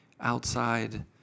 outside